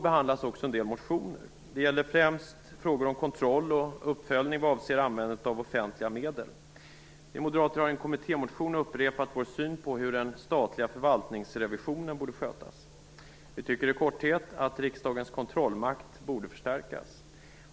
behandlas också en del motioner. De gäller främst frågor om kontroll och uppföljning vad avser användandet av offentliga medel. Vi moderater har i en kommittémotion upprepat vår syn på hur den statliga förvaltningsrevisionen borde skötas. Vi tycker i korthet att riksdagens kontrollmakt borde förstärkas.